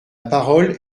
parole